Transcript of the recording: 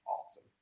awesome